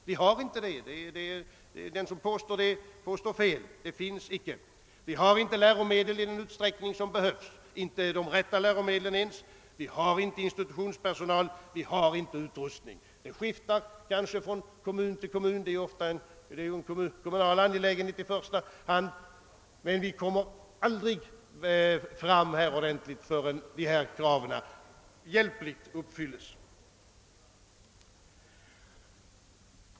Vi har inte sådana lokal möjligheter; den som påstår något dylikt har fel. Vi har inte de läromedel och den utrustning som behövs, inte ens de rätta läromedlen. Vi har vidare inte heller tillräcklig institutionspersonal och institutionsutrustning. Tillgången skiftar från kommun till kommun — detta är i första hand en kommunal uppgift — men det kommer aldrig att ske någon väsentlig förbättring innan dessa behov hjälpligt tillgodoses.